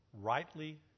rightly